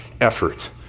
effort